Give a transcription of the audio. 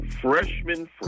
freshman